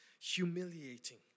humiliating